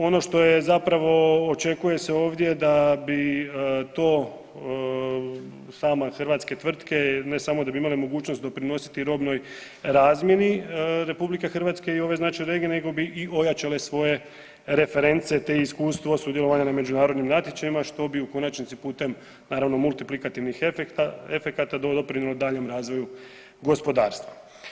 Ono što je zapravo, očekuje se ovdje da bi to same hrvatske tvrtke ne samo da bi imale mogućnost doprinositi robnoj razmjeni RH i ove znači regije nego bi i ojačale svoje reference, te iskustvo sudjelovanja na međunarodnim natječajima, što bi u konačnici putem naravno multiplikativnih efekata to doprinijelo daljnjem razvoju gospodarstva.